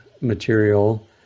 material